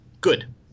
Good